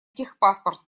техпаспорт